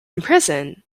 imprisoned